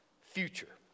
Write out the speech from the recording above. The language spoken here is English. future